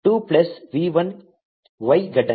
2 plus v 1 y ಘಟನೆ